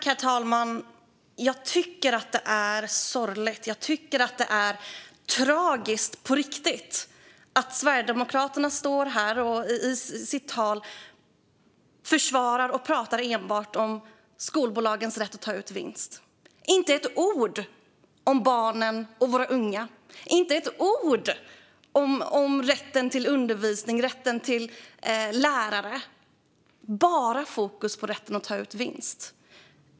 Herr talman! Jag tycker att det är sorgligt. Jag tycker att det är tragiskt på riktigt att Sverigedemokraterna står här och försvarar och enbart pratar om skolbolagens rätt att ta ut vinst. Det är inte ett ord om barnen och våra unga. Det är inte ett ord om rätten till undervisning och rätten till lärare. Det är bara fokus på rätten att ta ut vinst.